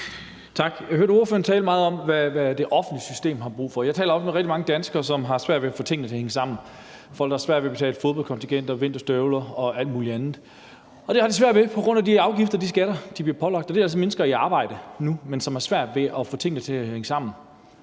Boje Mathiesen (UFG): Tak. Jeg hørte ordføreren tale meget om, hvad det offentlige system har brug for. Jeg taler med rigtig mange danskere, som har svært ved at få tingene til at hænge sammen. Det er folk, der har svært ved at betale fodboldkontingent, vinterstøvler og alt muligt andet, og det har de svært ved på grund af de afgifter og de skatter, de bliver pålagt. Og det er altså mennesker, som er i arbejde nu, men som har svært ved at få tingene til at hænge sammen.